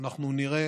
אנחנו נראה